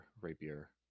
rapier